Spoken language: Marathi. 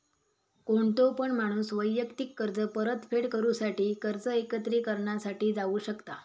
कोणतो पण माणूस वैयक्तिक कर्ज परतफेड करूसाठी कर्ज एकत्रिकरणा साठी जाऊ शकता